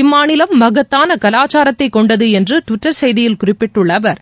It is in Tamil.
இம்மாநிலம் மகத்தான கலாச்சாரத்தை கொண்டது என்று டுவிட்டர் செய்தியில் குறிப்பிட்டுள்ள அவர்